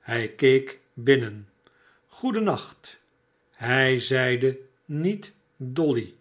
hij keek binnen goeden nacht hij zeide niet dolly